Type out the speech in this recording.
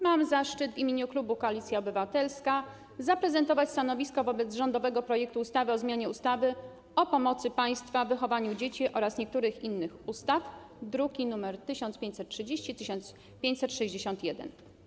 Mam zaszczyt w imieniu klubu Koalicja Obywatelska zaprezentować stanowisko wobec rządowego projektu ustawy o zmianie ustawy o pomocy państwa w wychowywaniu dzieci oraz niektórych innych ustaw, druki nr 1530 i 1561.